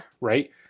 Right